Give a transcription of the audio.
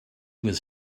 was